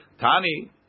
Tani